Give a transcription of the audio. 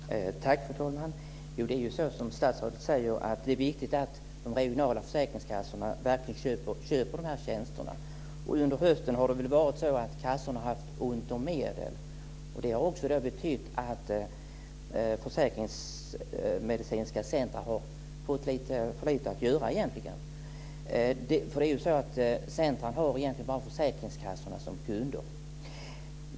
Fru talman! Det är ju som statsrådet säger, det är viktigt att de regionala försäkringskassorna verkligen köper de här tjänsterna. Under hösten har det varit så att kassorna har haft ont om medel. Det har betytt att de försäkringsmedicinska centrumen egentligen har fått lite för lite att göra. Centrumen har ju bara försäkringskassorna som kunder.